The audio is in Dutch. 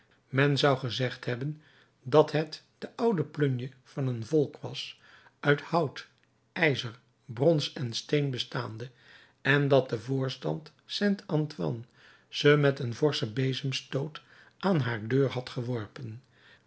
men zou gezegd hebben dat het de oude plunje van een volk was uit hout ijzer brons en steen bestaande en dat de voorstad st antoine ze met een forschen bezemstoot aan haar deur had geworpen